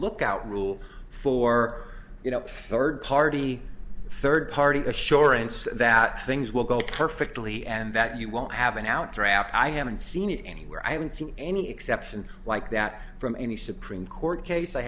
lookout rule for you know third party third party assurance that things will go perfectly and that you won't have an out draft i haven't seen it anywhere i haven't seen any exception like that from any supreme court case i